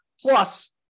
Plus